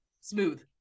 smooth